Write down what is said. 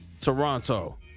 Toronto